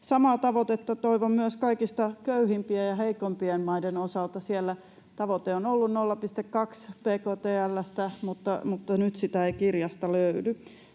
Samaa tavoitetta toivon myös kaikista köyhimpien ja heikoimpien maiden osalta. Siellä tavoite on ollut 0,2 bktl:stä, mutta nyt sitä ei kirjasta löydy.